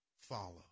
follow